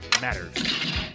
matters